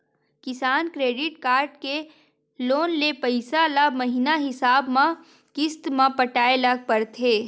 किसान credit card के loan के पइसा ल महिना हिसाब म किस्त म पटाए ल परथे